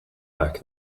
back